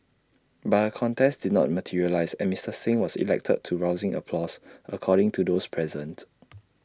but A contest did not materialise and Mister Singh was elected to rousing applause according to those present